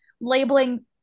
labeling